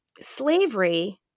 slavery